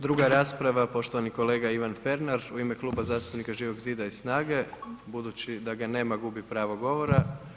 Druga rasprava, poštovani kolega Ivan Pernar u ime Kluba zastupnika Živog zida i SNAGA-e, budući da ga nema gubi pravo govora.